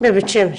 בבית שמש.